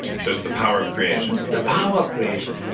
so it's the power of creation the power of creation.